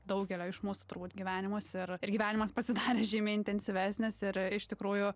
daugelio iš mūsų turbūt gyvenimus ir ir gyvenimas pasidarė žymiai intensyvesnis ir iš tikrųjų